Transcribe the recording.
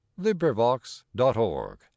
LibriVox.org